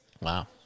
Wow